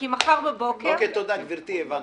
תודה, הבנתי.